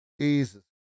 Jesus